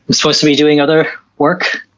supposed to be doing other work,